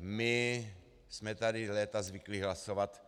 My jsme tady léta zvyklí hlasovat